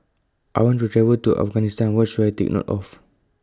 I want to travel to Afghanistan What should I Take note of